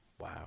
Wow